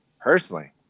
personally